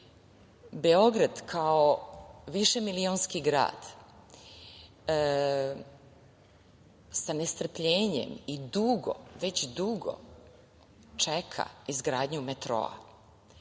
Srbije. Beograd kao višemilionski grad sa nestrpljenjem i već dugo čeka izgradnju metroa,